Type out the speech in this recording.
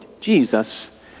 Jesus